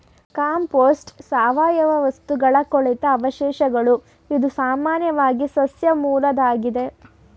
compost ಸಾವಯವ ವಸ್ತುಗಳ ಕೊಳೆತ ಅವಶೇಷಗಳು ಇದು ಸಾಮಾನ್ಯವಾಗಿ ಸಸ್ಯ ಮೂಲ್ವಾಗಿದೆ